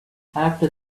after